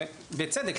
ובצדק,